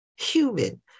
human